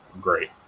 Great